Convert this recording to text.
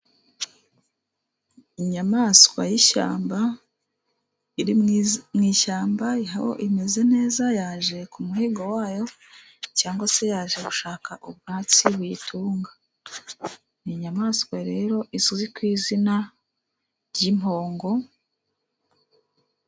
Inyamaswa y'ishyamba iri mu ishyamba, imeze neza, yaje ku muhigo wayo cyangwa se yaje gushaka ubwatsi buyitunga. Ni inyamaswa rero izwi ku izina ry'impongo.